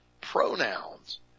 pronouns